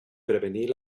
prevenir